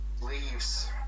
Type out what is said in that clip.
leaves